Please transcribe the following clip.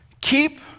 keep